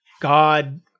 god